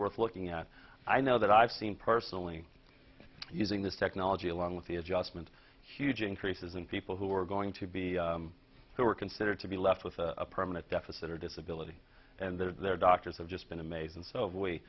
worth looking at i know that i've seen personally using this technology along with the adjustment huge increases in people who are going to be who are considered to be left with a permanent deficit or disability and their doctors have just been amazing so w